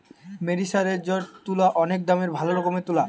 মেরিসারেসজড তুলা অনেক দামের ভালো রকমের তুলা